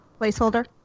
placeholder